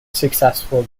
successful